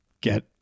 get